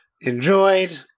enjoyed